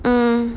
mm